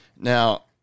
Now